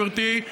גברתי.